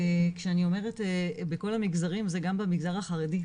כשאני אומרת בכל המגזרים זה גם במגזר החרדי,